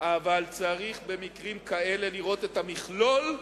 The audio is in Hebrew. אבל צריך במקרים כאלה לראות את המכלול,